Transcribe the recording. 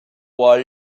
wall